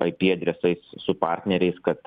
ip adresais su partneriais kad